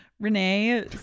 Renee